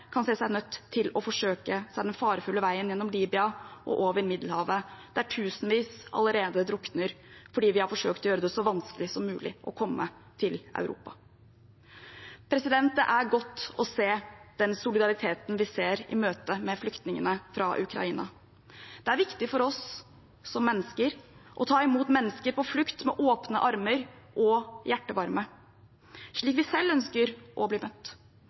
kan se seg nødt til å forsøke å ta den farefulle veien gjennom Libya og over Middelhavet, der tusenvis allerede drukner fordi vi har forsøkt å gjøre det så vanskelig som mulig å komme til Europa. Det er godt å se den solidariteten vi ser i møte med flyktningene fra Ukraina. Det er viktig for oss som mennesker å ta imot mennesker på flukt med åpne armer og hjertevarme – slik vi selv ønsker å bli møtt.